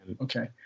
Okay